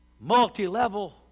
multi-level